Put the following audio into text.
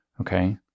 Okay